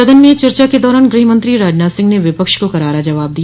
सदन में चर्चा के दौरान ग्रहमंत्री राजनाथ सिंह ने विपक्ष को करारा जवाब दिया